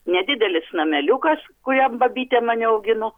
nedidelis nameliukas kuriam babytė mane augino